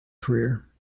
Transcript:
career